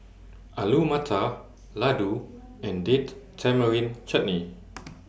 Alu Matar Ladoo and Date Tamarind Chutney